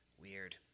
weird